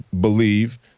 believe